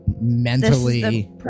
mentally